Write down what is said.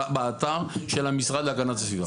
באתר של המשרד להגנת הסביבה.